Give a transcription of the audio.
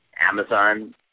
Amazon